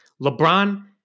LeBron